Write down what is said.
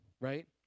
right